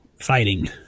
fighting